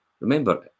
Remember